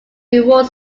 reward